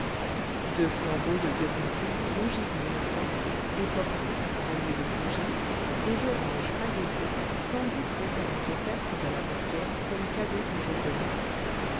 deux flambeaux de vieux plaqué rougi par le temps et portant au lieu de bougies des oranges pailletées sans doute récemment offertes à la portière comme cadeau du jour de l'an